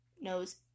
knows